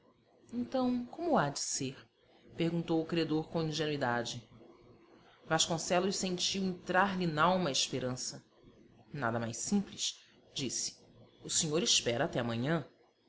então como há de ser perguntou o credor com ingenuidade vasconcelos sentiu entrar-lhe nalma a esperança nada mais simples disse o senhor espera até amanhã